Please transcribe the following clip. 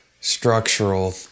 structural